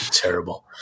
Terrible